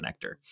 Connector